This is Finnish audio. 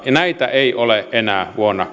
ja näitä ei ole enää vuonna